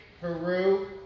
Peru